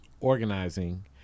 organizing